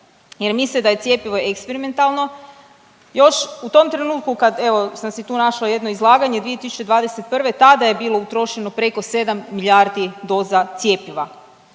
jer misle da je cjepivo eksperimentalno još u tom trenutku kad evo sam si tu našla jedno izlaganje 2021. tada je bilo utrošeno preko 7 milijardi doza cjepiva